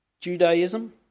Judaism